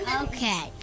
Okay